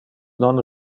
non